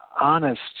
honest